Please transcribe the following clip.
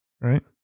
right